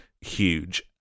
huge